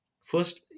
first